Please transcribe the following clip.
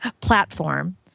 platform